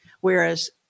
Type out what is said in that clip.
whereas